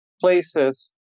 places